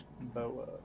Boa